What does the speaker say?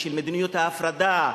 של מדיניות ההפרדה,